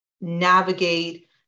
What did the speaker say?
navigate